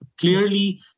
Clearly